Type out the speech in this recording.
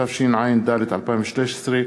התשע"ד 2013,